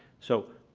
so,